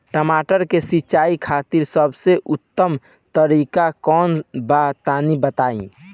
टमाटर के सिंचाई खातिर सबसे उत्तम तरीका कौंन बा तनि बताई?